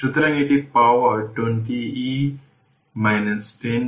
সুতরাং সেফিল্ড এ এটি i 0 2 1 পাবে তাই 1 মিলি অ্যাম্পিয়ার